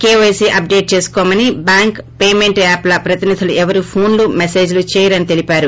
KYC update చేసుకోమని bank payment యాప్ల ప్రతినిధులు ఎవరూ ఫోన్లు మెసేజ్లు చేయరని తెలిపారు